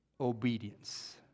obedience